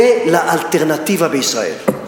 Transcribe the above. ולאלטרנטיבה בישראל,